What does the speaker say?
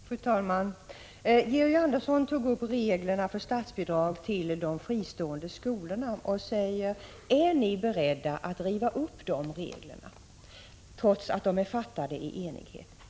Fru talman! Georg Andersson tog upp reglerna för statsbidrag till de fristående skolorna och frågade: Är ni beredda att riva upp dessa regler, trots att de är antagna i enighet?